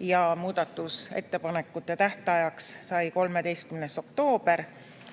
sai muudatusettepanekute tähtajaks määratud 13. oktoober ja